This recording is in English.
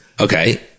Okay